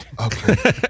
Okay